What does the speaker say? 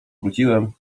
wróciłem